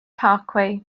parkway